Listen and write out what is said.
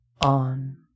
on